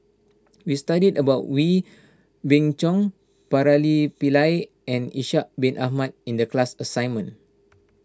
we studied about Wee Beng Chong Pillai and Ishak Bin Ahmad in the class assignment